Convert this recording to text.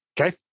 Okay